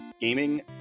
gaming